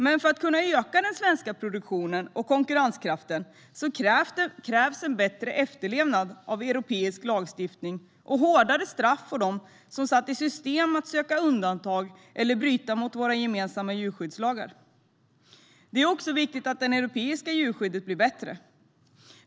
Men för att kunna öka den svenska produktionen och konkurrenskraften krävs en bättre efterlevnad av europeisk lagstiftning och hårdare straff för dem som satt i system att söka undantag eller bryta mot våra gemensamma djurskyddslagar. Det är också viktigt att det europeiska djurskyddet blir bättre.